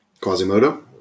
Quasimodo